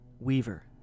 Weaver